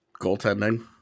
Goaltending